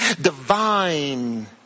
Divine